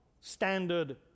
standard